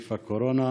בנגיף הקורונה.